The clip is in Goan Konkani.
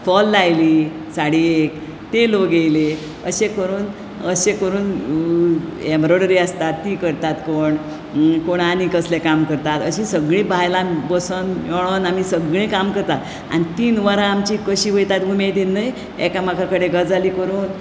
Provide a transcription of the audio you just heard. फॉल लायली साडयेक ते लोक येयले अशें करून अशें करून एमरोयडरी आसता ते करतात कोण कोण आनी कसलें काम करतात अशी सगळीं बायलां बसून मेळून आमी सगळीं काम करतात आनी तीन वरां आमचीं कशी वयता आनी तीन वरां कशी आमची उमेदीन वयता न्हय एकामेकां कडेन गजाली करून